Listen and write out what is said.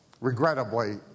regrettably